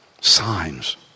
signs